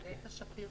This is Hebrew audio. לגבי הסנקציה